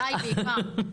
עליי בעיקר.